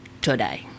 Today